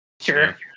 Sure